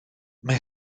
mae